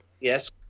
yes